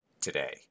today